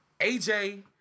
AJ